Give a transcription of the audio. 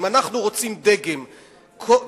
אם אנחנו רוצים דגם אחר,